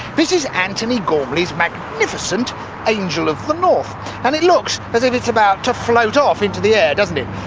this is anthony gormley's magnificent angel of the north and it looks as if it's about to float off into the air, doesn't it?